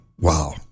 wow